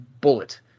bullet